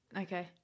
Okay